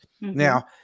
Now